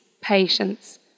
patience